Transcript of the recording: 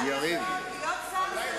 מאז עברו מים